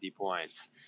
points